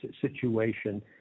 situation